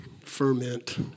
ferment